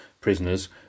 prisoners